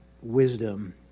wisdom